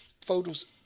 photos